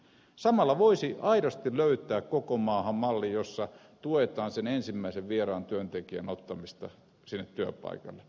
samalla voisi aidosti löytää koko maahan mallin jossa tuetaan sen ensimmäisen vieraan työntekijän ottamista sinne työpaikalle